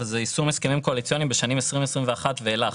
וזה יישום הסכמים קואליציוניים בשנים 2021 ואילך.